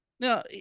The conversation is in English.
Now